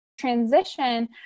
transition